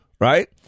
right